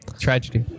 Tragedy